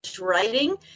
writing